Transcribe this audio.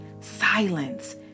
silence